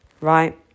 Right